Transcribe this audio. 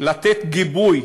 לתת גיבוי,